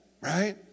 Right